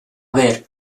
ver